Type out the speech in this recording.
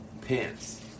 pants